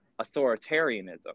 authoritarianism